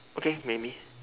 okay maybe